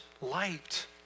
light